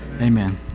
Amen